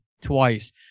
twice